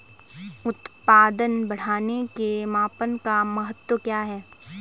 उत्पादन बढ़ाने के मापन का महत्व क्या है?